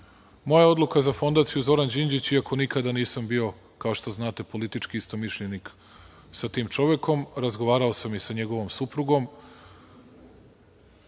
Moja je odluka za Fondaciju Zoran Đinđić iako nikada nisam bio, kao što znate politički istomišljenik sa tim čovekom. Razgovarao sam i sa njegovom suprugom